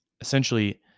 essentially